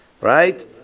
right